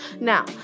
now